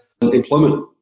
employment